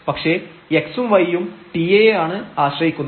പക്ഷേ x ഉം y ഉം t യെയാണ് ആശ്രയിക്കുന്നത്